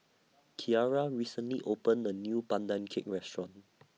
Kiara recently opened A New Pandan Cake Restaurant